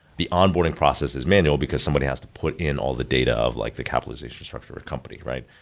the onboarding process is manual because somebody has to put in all the data of like the capitalization structure of a company, right?